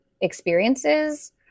experiences